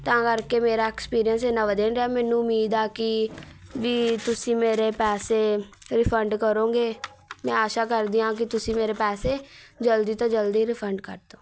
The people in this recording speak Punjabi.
ਤਾਂ ਕਰਕੇ ਮੇਰਾ ਐਕਸਪੀਰੀਐਂਸ ਇੰਨਾ ਵਧੀਆ ਨਹੀਂ ਰਿਹਾ ਮੈਨੂੰ ਉਮੀਦ ਹੈ ਕਿ ਵੀ ਤੁਸੀਂ ਮੇਰੇ ਪੈਸੇ ਰਿਫੰਡ ਕਰੋਂਗੇ ਮੈਂ ਆਸ਼ਾ ਕਰਦੀ ਹਾਂ ਕਿ ਤੁਸੀਂ ਮੇਰੇ ਪੈਸੇ ਜਲਦੀ ਤੋ ਜਲਦੀ ਰਿਫੰਡ ਕਰ ਦਿਉ